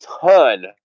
ton